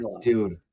Dude